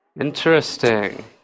Interesting